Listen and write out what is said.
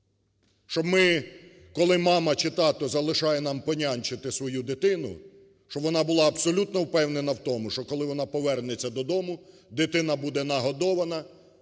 Щоб ми, коли мама чи тато залишає нам поняньчити свою дитину, щоб вона була абсолютно впевнена в тому, що коли вона повернеться додому, дитина буде нагодована,